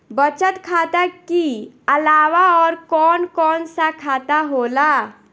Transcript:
बचत खाता कि अलावा और कौन कौन सा खाता होला?